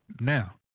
Now